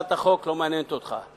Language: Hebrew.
הצעת החוק לא מעניינת אותך.